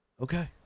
Okay